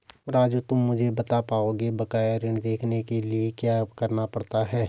राजू तुम मुझे बता पाओगे बकाया ऋण देखने के लिए क्या करना पड़ता है?